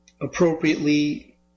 appropriately